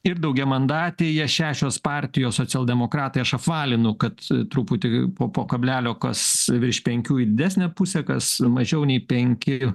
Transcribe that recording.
ir daugiamandatėje šešios partijos socialdemokratai aš apvalinu kad truputį po po kablelio kas virš penkių į didesnę pusę kas mažiau nei penki